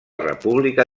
república